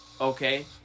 Okay